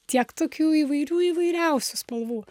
tiek tokių įvairių įvairiausių spalvų